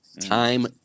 Time